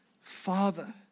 Father